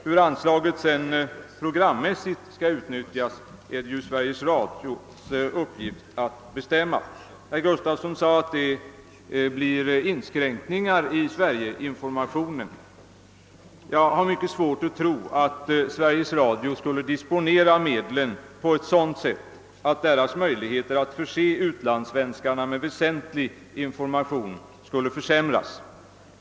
Hur anslaget sedan programmässigt skall utnyttjas är det Sveriges Radios uppgift att bestämma. Herr Gustafson i Göteborg sade att det blir inskränk; ningar i Sverige-informationen. Jag har mycket svårt att tro att Sveriges Radio skulle disponera medlen på ett sådant sätt att dess möjligheter att förse utlandssvenskarna med väsentlig information försämras.